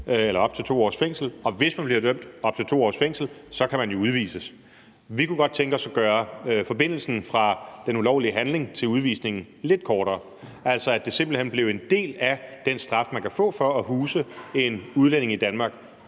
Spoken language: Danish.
idømmes op til 2 års fængsel, og hvis man bliver idømt op til 2 års fængsel, kan man jo udvides. Vi kunne godt tænke os at gøre forbindelsen fra den ulovlige handling til udvisningen lidt kortere, altså at det simpelt hen blev en del af den straf, man kan få for at huse en udlænding i Danmark;